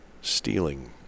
stealing